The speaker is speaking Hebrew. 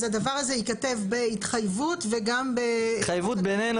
אז הדבר הזה ייכתב בהתחייבות וגם ב --- התחייבות בינינו